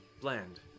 bland